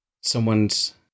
someone's